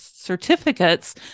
certificates